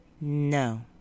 No